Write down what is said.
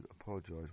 apologise